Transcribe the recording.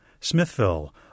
Smithville